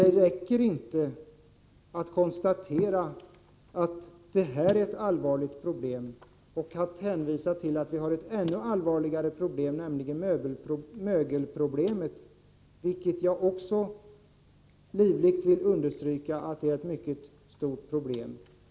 Det räcker inte med att konstatera att detta är ett allvarligt problem och att hänvisa till att vi har ett ännu allvarligare problem, nämligen mögelproblemet. Också jag vill livligt understryka att mögelhusen innebär ett stort problem.